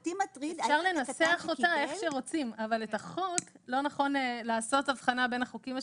אפשר לנסח אותה איך שרוצים אבל לא נכון לעשות הבחנה בין החוקים השונים.